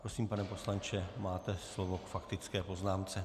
Prosím, pane poslanče, máte slovo k faktické poznámce.